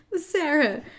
Sarah